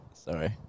Sorry